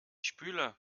spüle